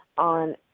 on